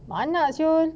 banyak [sial]